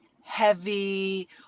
heavy